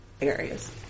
areas